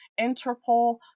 Interpol